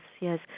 yes